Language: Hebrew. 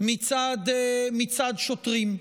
מצד שוטרים.